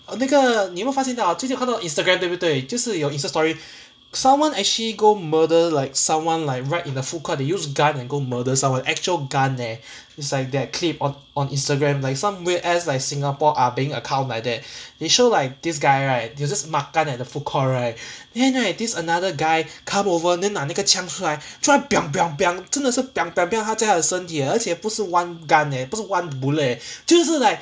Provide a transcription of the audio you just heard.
那个你有没有发现到 ah 最近看到 instagram 对不对就是有 insta story someone actually go murder like someone like right in the food court they use gun and go murder someone actual gun eh it's like that clip on on instagram like some weird ass like singapore ah beng account like that they show like this guy right they were just makan at the food court right then right this another guy come over then 拿那个枪出来突然 真的是 那家的身体 eh 而且不是 one gun leh 不是 one bullet eh 就是 like